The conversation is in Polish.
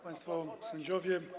Państwo Sędziowie!